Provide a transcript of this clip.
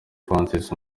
francis